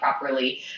properly